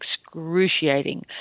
excruciating